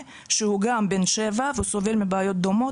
שהוא גם בן 7 והוא סובל מבעיות דומות,